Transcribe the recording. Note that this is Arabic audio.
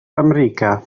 أمريكا